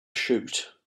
shoot